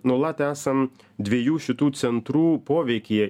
nuolat esam dviejų šitų centrų poveikyje